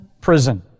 prison